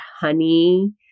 honey